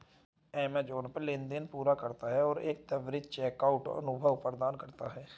Amazon pay लेनदेन पूरा करता है और एक त्वरित चेकआउट अनुभव प्रदान करता है